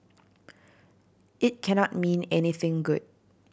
it cannot mean anything good